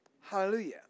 Hallelujah